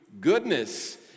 goodness